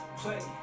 play